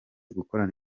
gukorana